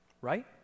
Right